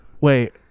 Wait